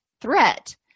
threat